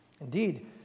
Indeed